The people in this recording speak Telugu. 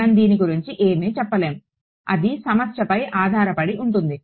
మనం దీని గురించి ఏమి చెప్పలేము అది సమస్యపై ఆధారపడి ఉంటుంది